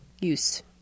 use